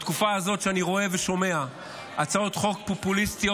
כשבתקופה הזאת אני רואה ושומע הצעות חוק פופוליסטיות,